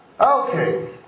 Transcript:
Okay